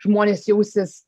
žmonės jausis